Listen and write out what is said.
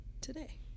today